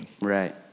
Right